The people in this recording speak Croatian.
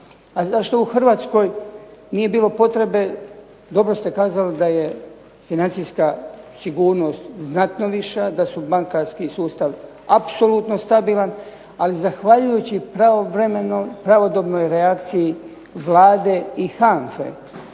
A zašto u Hrvatskoj nije bilo potrebe, dobro ste kazali da je financijska sigurnost znatno viša, da je bankarski sustav apsolutno stabilan, ali zahvaljujući pravodobnoj reakciji Vlade i